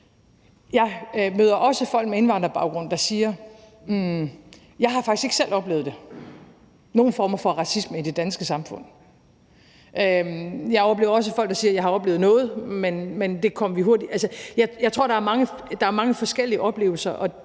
Jeg møder også folk med indvandrerbaggrund, der siger: Jeg har faktisk ikke selv oplevet nogen former for racisme i det danske samfund. Jeg oplever også folk, der siger: Jeg har oplevet noget. Altså, jeg tror, der er mange forskellige oplevelser, og